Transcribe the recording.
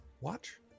watch